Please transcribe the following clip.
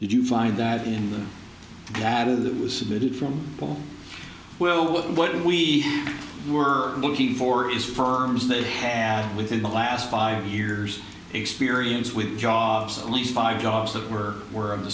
did you find that in the data that was submitted form for well with what we were looking for is firms that had within the last five years experience with jobs at least five jobs that were were of the